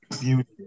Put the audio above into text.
beauty